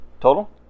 Total